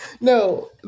No